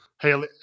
Hey